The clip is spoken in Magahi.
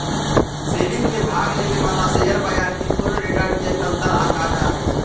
सेलिंग में भाग लेवे वाला शेयर बाजार के पूर्ण रिटर्न के कमतर आंका जा हई